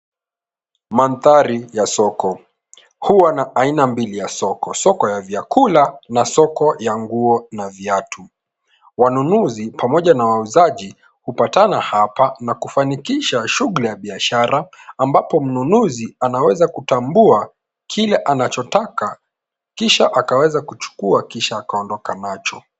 Mandhari ya soko. Huwa na aina mbili ya soko, soko ya vyakula na soko ya nguo na viatu. Wanunuzi pamoja na wauzaji, hupatana hapa na kufanikisha shughuli ya biashara, ambapo mnunuzi anaweza kutambua, kile anachotaka kisha akaweza kuchukua kisha akaondoka nacho.